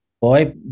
Boy